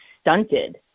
stunted